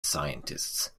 scientists